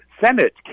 senate